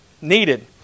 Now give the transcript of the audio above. needed